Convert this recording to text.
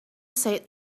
said